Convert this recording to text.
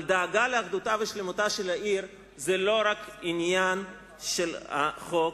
אבל דאגה לאחדותה ולשלמותה של העיר היא לא רק עניין של החוק,